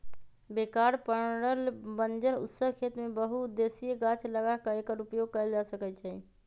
बेकार पड़ल बंजर उस्सर खेत में बहु उद्देशीय गाछ लगा क एकर उपयोग कएल जा सकै छइ